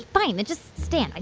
fine. then just stand. and